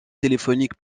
téléphonique